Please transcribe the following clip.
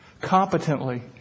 competently